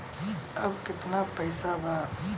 अब कितना पैसा बा?